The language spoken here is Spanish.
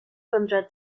contra